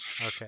Okay